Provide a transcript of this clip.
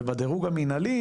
ובדירוג המנהלי,